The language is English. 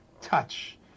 touch